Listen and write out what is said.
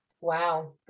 Wow